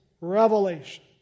revelation